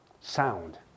Sound